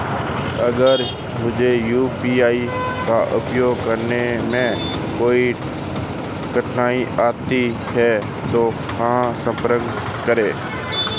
अगर मुझे यू.पी.आई का उपयोग करने में कोई कठिनाई आती है तो कहां संपर्क करें?